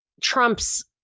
Trump's